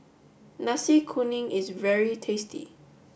Nasi Kuning is very tasty